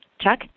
Chuck